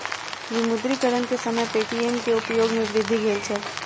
विमुद्रीकरण के समय पे.टी.एम के उपयोग में वृद्धि भेल छल